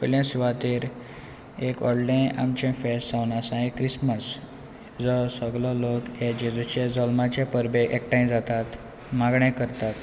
पयल्या सुवातेर एक व्हडलें आमचें फेस्त जावन आसा क्रिसमस जो सगलो लोक हे जेजूचे जल्माचे परबेक एकठांय जातात मागणें करतात